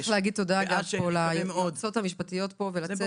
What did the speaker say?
צריך להגיד תודה גם ליועצות המשפטיות ולצוות,